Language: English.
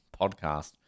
Podcast